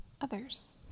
Others